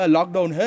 Lockdown